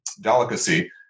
delicacy